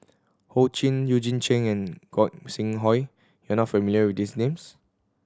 Ho Ching Eugene Chen and Gog Sing Hooi you are not familiar with these names